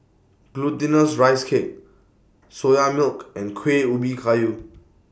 Glutinous Rice Cake Soya Milk and Kuih Ubi Kayu